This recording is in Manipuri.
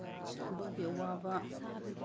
ꯑꯗꯨꯒꯤ ꯑꯋꯥꯕ